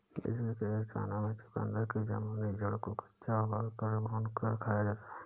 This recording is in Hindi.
विश्व के कई स्थानों में चुकंदर की जामुनी जड़ को कच्चा उबालकर या भूनकर खाया जाता है